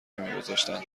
نمیگذاشتند